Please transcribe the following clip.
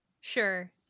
sure